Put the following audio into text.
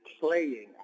playing